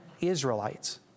Israelites